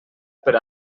per